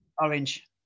Orange